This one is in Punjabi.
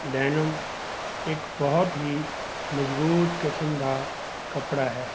ਡੈਨਿਮ ਇੱਕ ਬਹੁਤ ਹੀ ਮਜ਼ਬੂਤ ਕਿਸਮ ਦਾ ਕੱਪੜਾ ਹੈ